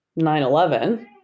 9-11